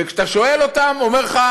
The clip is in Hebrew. וכשאתה שואל אותם, אומר לך